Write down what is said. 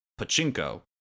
pachinko